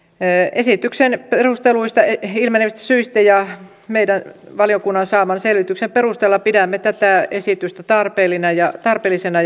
esityksen perusteluista ilmenevistä syistä ja valiokunnan saaman selvityksen perusteella pidämme tätä esitystä tarpeellisena